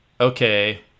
okay